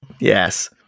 Yes